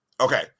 Okay